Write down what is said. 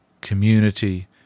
community